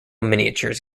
miniatures